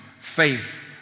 faith